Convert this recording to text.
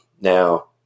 now